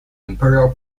imperial